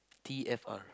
T F R